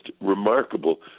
remarkable